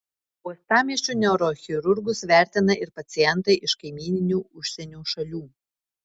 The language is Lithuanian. uostamiesčio neurochirurgus vertina ir pacientai iš kaimyninių užsienio šalių